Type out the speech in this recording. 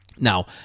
Now